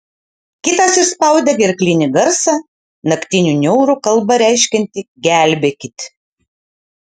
kitas išspaudė gerklinį garsą naktinių niaurų kalba reiškiantį gelbėkit